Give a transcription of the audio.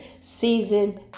season